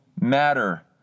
matter